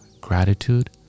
gratitude